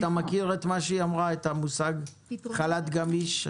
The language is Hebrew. אתה מכיר את מה שהיא אמרה, את המושג חל"ת גמיש?